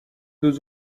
deux